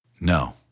No